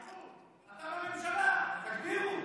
תגדירו.